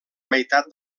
meitat